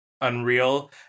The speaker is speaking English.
Unreal